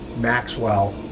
Maxwell